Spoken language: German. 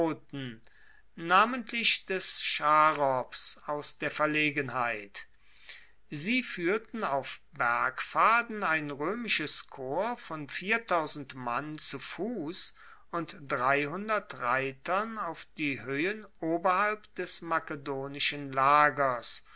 namentlich des charops aus der verlegenheit sie fuehrten auf bergpfaden ein roemisches korps von mann zu fuss und reitern auf die hoehen oberhalb des makedonischen lagers